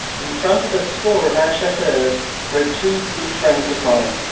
in front of a score of our chasseurs rode two good friends of mine,